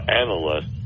analyst